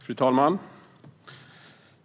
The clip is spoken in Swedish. Fru talman!